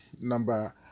number